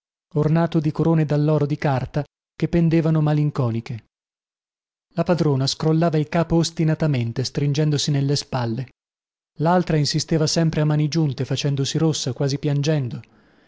ornato di corone dalloro di carta che pendevano malinconiche la padrona scrollava il capo ostinatamente stringendosi nelle spalle laltra insisteva sempre a mani giunte facendosi rossa quasi piangendo